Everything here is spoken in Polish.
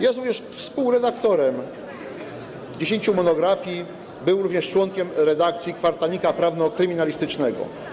Jest współredaktorem 10 monografii, był również członkiem redakcji „Kwartalnika Prawno-Kryminalistycznego”